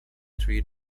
three